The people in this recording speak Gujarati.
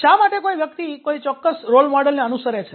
શા માટે કોઈ વ્યક્તિ કોઇ ચોક્કસ રોલ મોડેલને અનુસરે છે